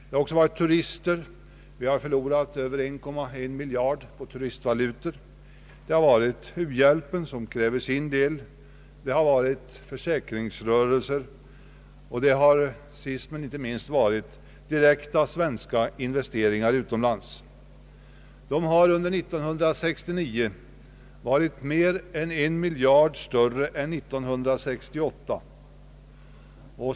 Vi har också förlorat 1,1 miljarder kronor på turistvalutor, u-hjälpen har krävt sin andel, det har varit försäkringsrörelser och det har sist men inte minst berott på direkta svenska investeringar utomlands. Under år 1969 var dessa mer än en miljard större än år 1968.